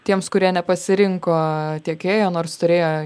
tiems kurie nepasirinko tiekėjo nors turėjo